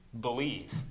believe